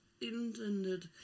intended